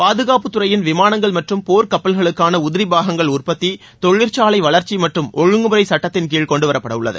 பாதுகாப்பு துறையின் விமானங்கள் மற்றும் போர் கப்பல்களுக்கான உதிரி பாகங்கள் உற்பத்தி தொழிற்சாலை வளர்ச்சி மற்றும் ஒழுங்குமுறை சட்டத்தின் கீழ் கொண்டு வரப்படவுள்ளது